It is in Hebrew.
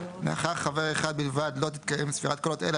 נכח חבר אחד בלבד לא תתקיים ספירת קולות - אלא